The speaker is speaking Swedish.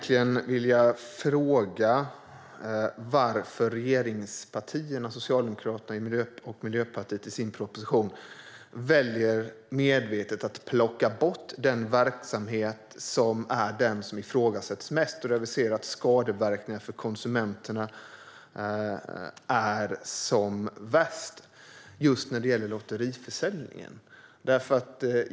Jag vill fråga varför regeringspartierna, Socialdemokraterna och Miljöpartiet i sin proposition medvetet väljer att plocka bort den verksamhet som ifrågasätts mest och där skadeverkningarna för konsumenterna är som värst. Det gäller lotteriförsäljningen.